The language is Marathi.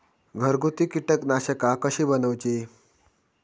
घरगुती कीटकनाशका कशी बनवूची?